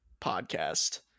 podcast